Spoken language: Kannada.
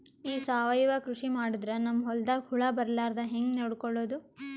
ಈ ಸಾವಯವ ಕೃಷಿ ಮಾಡದ್ರ ನಮ್ ಹೊಲ್ದಾಗ ಹುಳ ಬರಲಾರದ ಹಂಗ್ ನೋಡಿಕೊಳ್ಳುವುದ?